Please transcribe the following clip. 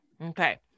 Okay